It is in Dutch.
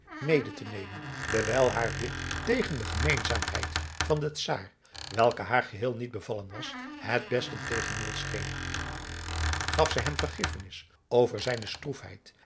mede te nemen dewijl haar dit tegen de gemeenzaamheid van den czaar welke haar geheel niet bevallen was het beste tegenmiddel scheen gaf zij hem vergiffenis over zijne stroefheid en